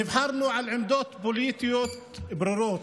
נבחרנו על עמדות פוליטיות ברורות,